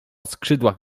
skrzydłach